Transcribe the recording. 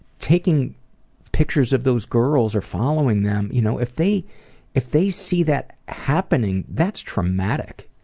taking pictures of those girls or following them, you know if they if they see that happening, that's traumatic.